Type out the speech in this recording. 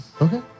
Okay